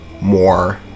more